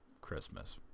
Christmas